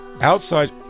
outside